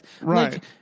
Right